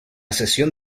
sesión